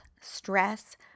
stress